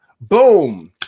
Boom